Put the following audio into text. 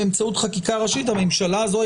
למול היועצת המשפטית לממשלה, לפחות